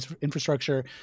infrastructure